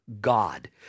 God